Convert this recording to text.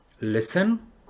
listen